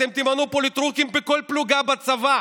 אתם תמנו פוליטרוקים בכל פלוגה בצבא,